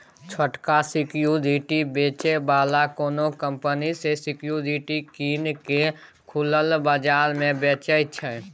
छोटका सिक्युरिटी बेचै बला कोनो कंपनी सँ सिक्युरिटी कीन केँ खुलल बजार मे बेचय छै